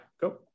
go